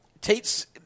Tate's